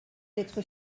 d’être